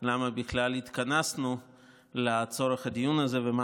למה בכלל התכנסנו לצורך הדיון הזה ומה